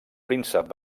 príncep